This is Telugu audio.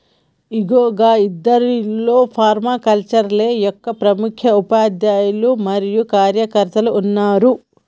ఇగో గా ఇద్యార్థుల్లో ఫర్మాకల్చరే యొక్క ప్రముఖ ఉపాధ్యాయులు మరియు కార్యకర్తలు ఉన్నారు